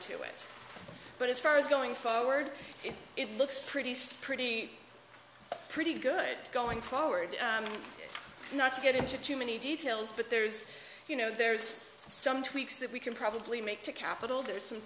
to it but as far as going forward it looks pretty safe pretty pretty good going forward not to get into too many details but there's you know there's some tweaks that we can probably make to capital there's some